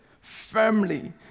firmly